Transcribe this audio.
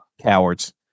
Cowards